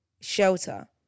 Shelter